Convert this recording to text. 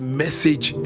message